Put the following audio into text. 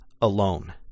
alone